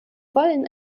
wollen